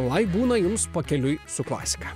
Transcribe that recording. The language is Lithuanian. lai būna jums pakeliui su klasika